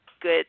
good